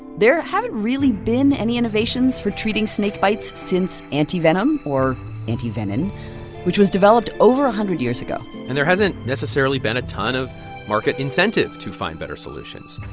there haven't really been any innovations for treating snake bites since anti-venom or antivenin which was developed over a hundred years ago and there hasn't necessarily been a ton of market incentive to find better solutions.